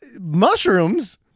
mushrooms